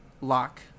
lock